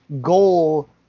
goal